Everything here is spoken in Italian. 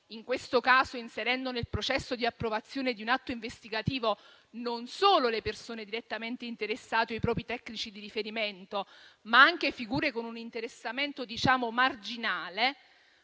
in questo caso inserendo nel processo di approvazione di un atto investigativo non solo le persone direttamente interessate o i propri tecnici di riferimento, ma anche figure con un interessamento marginale,